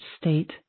state